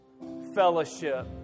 fellowship